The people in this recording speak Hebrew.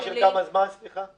לתקופה של כמה זמן, סליחה?